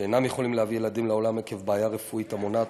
שאינם יכולים להביא ילדים לעולם עקב בעיה רפואית המונעת